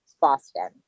boston